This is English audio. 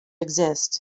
exist